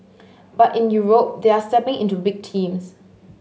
but in Europe they are stepping into big teams